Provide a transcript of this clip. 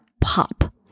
pop